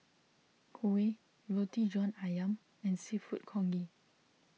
Kuih Roti John Ayam and Seafood Congee